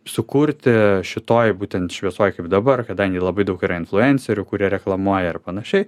sukurti šitoj būtent šviesoj kaip dabar kadangi labai daug yra influencerių kurie reklamuoja ir panašiai